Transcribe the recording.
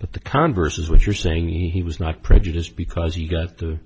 but the converse is what you're saying he was not prejudiced because he got th